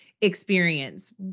experience